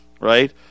right